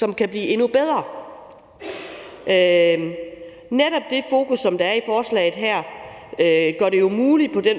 der kan blive endnu bedre. Netop det fokus, der er i forslaget her, gør det jo muligt – også